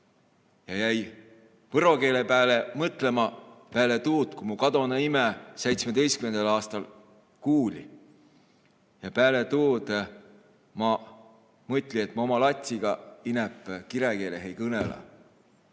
Jäin võro keele peale mõtlõma pääle tuud, ku mo kadonuq imä 2017. aastal kuuli. Ja pääle tuud ma mõtli, et ma uma latsiga inämb kiräkiile ei kõnõlõ.